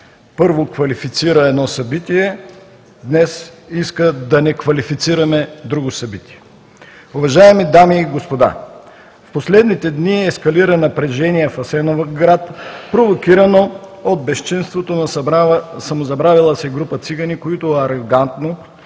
първо, квалифицира едно събитие, днес искат да квалифицираме друго събитие. Уважаеми дами и господа, в последните дни ескалира напрежение в Асеновград, провокирано от безчинството на самозабравила се група цигани, които арогантно